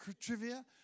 trivia